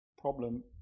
problem